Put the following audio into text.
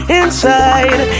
inside